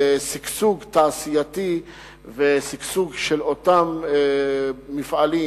לשגשוג תעשייתי ושגשוג של אותם מפעלים,